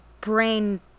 brain